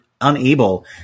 unable